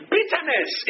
Bitterness